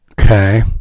Okay